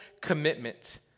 commitment